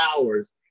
hours